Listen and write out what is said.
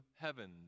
heaven